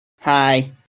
Hi